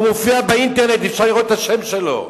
הוא מופיע באינטרנט, אפשר לראות את השם שלו.